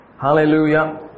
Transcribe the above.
Hallelujah